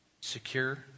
secure